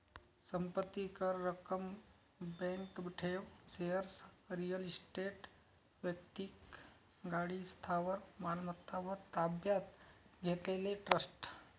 संपत्ती कर, रक्कम, बँक ठेव, शेअर्स, रिअल इस्टेट, वैक्तिक गाडी, स्थावर मालमत्ता व ताब्यात घेतलेले ट्रस्ट